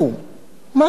מה אכפת לך?